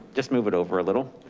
just move it over a little.